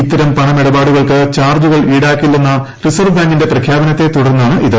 ഇത്തരം പണമിടപാടുകൾക്ക് ചാർജ്ജുകൾ ഈടാക്കില്ലെന്ന റിസർവ്വ് ബാങ്കിന്റെ പ്രഖ്യാപനത്തെ തുടർന്നാണ് ഇത്